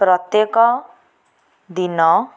ପ୍ରତ୍ୟେକ ଦିନ